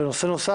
היום יום חמישי,